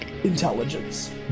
intelligence